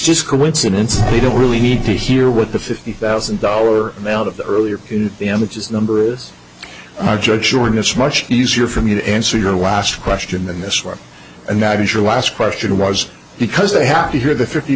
just coincidence they don't really need to hear what the fifty thousand dollar amount of the earlier in the end of his number is and i judge jordan it's much easier for me to answer your last question than this one and that is your last question was because they have to hear the fifty